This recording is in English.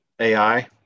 AI